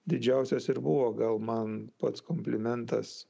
didžiausias ir buvo gal man pats komplimentas